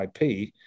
IP